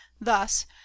thus